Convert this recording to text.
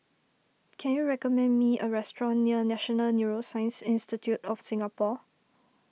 can you recommend me a restaurant near National Neuroscience Institute of Singapore